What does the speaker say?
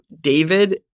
David